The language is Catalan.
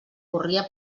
corria